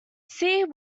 see